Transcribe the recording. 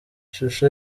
ishusho